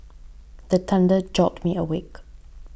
the thunder jolt me awake